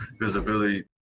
visibility